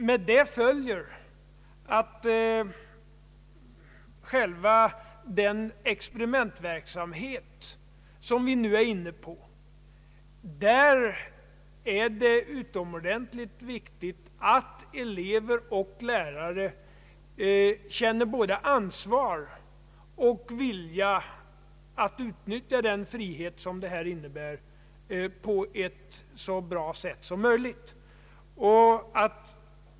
Med det följer att i den experimentverksamhet som vi nu är inne på är det utomordentligt viktigt att elever och lärare känner både ansvar och vilja att på ett så bra sätt som möjligt utnyttja den frihet som den nya situationen innebär.